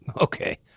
Okay